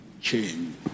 change